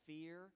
Fear